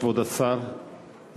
כבוד השר,